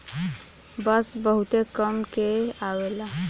बांस बहुते काम में अवेला